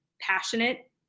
passionate